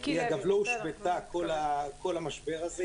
היא לא הושבתה כל המשבר הזה,